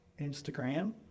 Instagram